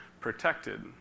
protected